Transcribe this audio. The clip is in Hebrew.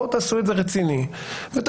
בואו תעשו את זה רציני ותגידו,